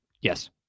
Yes